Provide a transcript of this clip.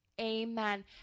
Amen